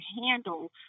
handle